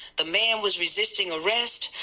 the man was resisting arrest.